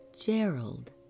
Gerald